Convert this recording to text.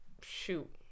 shoot